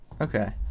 Okay